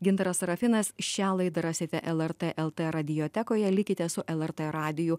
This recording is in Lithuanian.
gintaras serafinas šią laidą rasite lrt lt radiotekoje likite su lrt radiju